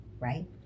right